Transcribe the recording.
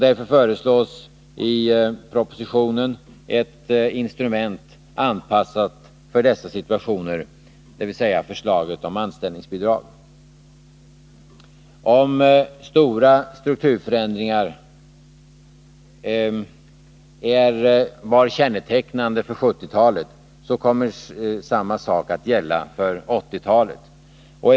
Därför föreslås i propositionen ett instrument anpassat för dessa situationer, nämligen förslaget om omställningsbidrag. Om stora strukturförändringar var kännetecknande för 1970-talet, kommer samma sak att gälla för 1980-talet.